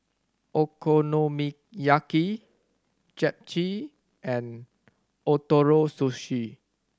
Okonomiyaki Japchae and Ootoro Sushi